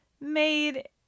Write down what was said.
made